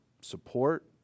support